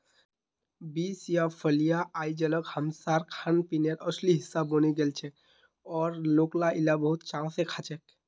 beans या फलियां अइजकाल हमसार खानपीनेर असली हिस्सा बने गेलछेक और लोक इला बहुत चाव स खाछेक